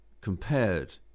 compared